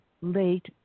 late